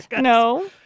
No